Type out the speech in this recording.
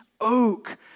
oak